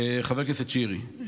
חבר הכנסת שירי,